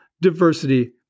diversity